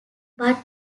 but